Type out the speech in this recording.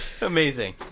Amazing